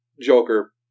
Joker